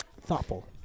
Thoughtful